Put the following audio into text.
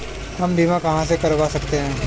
हम बीमा कहां से करवा सकते हैं?